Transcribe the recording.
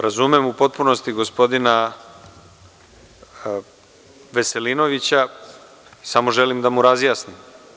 Razumem u potpunosti gospodina Veselinovića, samo želim da mu razjasnim.